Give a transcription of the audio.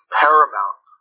paramount